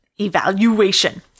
Evaluation